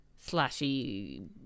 slashy